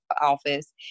office